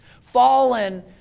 fallen